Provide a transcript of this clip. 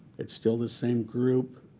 it's still the same group.